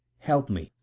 help me,